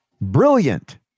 Brilliant